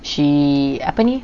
she apa ni